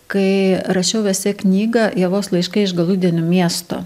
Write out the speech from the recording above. kai rašiau esė knygą ievos laiškai iš galudienių miesto